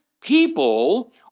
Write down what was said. people